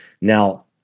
Now